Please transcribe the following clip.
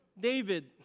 David